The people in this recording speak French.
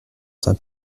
saint